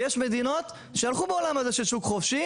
ויש מדינות שהלכו בעולם הזה של שוק חופשי,